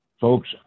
folks